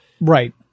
right